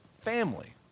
family